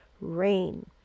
rain